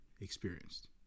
experienced